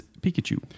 Pikachu